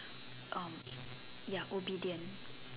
um ya obedient